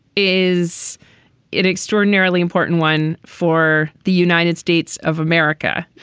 is it extraordinarily important, one for the united states of america?